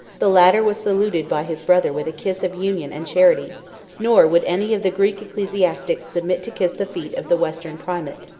the latter was saluted by his brother with a kiss of union and charity nor would any of the greek ecclesiastics submit to kiss the feet of the western primate.